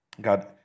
God